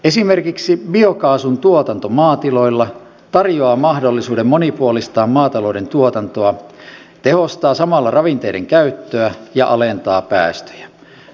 esimerkiksi biokaasun tuotanto maatiloilla tarjoaa mahdollisuuden monipuolistaa maatalouden tuotantoa tehostaa samalla ravinteiden käyttöä ja alentaa päästöjä